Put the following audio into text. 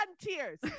tears